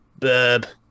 Burb